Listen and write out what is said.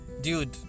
dude